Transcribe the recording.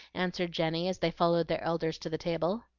answered jenny, as they followed their elders to the table.